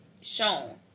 shown